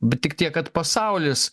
bet tik tiek kad pasaulis